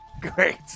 Great